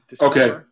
Okay